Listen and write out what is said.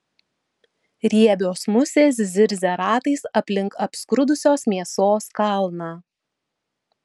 riebios musės zirzia ratais aplink apskrudusios mėsos kalną